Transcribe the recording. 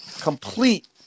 complete